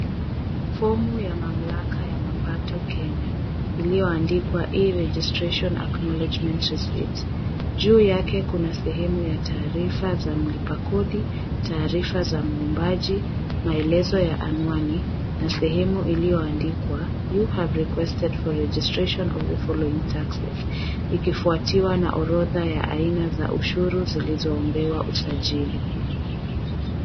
Fomu ya mamlaka ya mapato Kenya iliyoandikwa, A registration acknowledgement receipt. Juu yake kuna sehemu ya taarifa za mlipa kodi, taarifa za mwombaji, maelezo ya anwani na sehemu iliyoandikwa, You have requested for registration of the following taxes, ikifuatiwa na orodha ya aina za ushuru zilizoombewa usajili.